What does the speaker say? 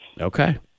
Okay